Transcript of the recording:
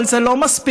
אבל זה לא מספיק,